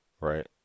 Right